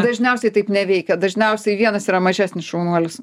dažniausiai taip neveikia dažniausiai vienas yra mažesnis šaunuolis